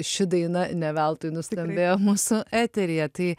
ši daina ne veltui nuskambėjo mūsų eteryje tai